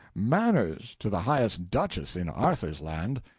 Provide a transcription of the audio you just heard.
manners, to the highest duchess in arthur's land.